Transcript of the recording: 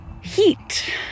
heat